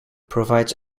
provides